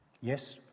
yes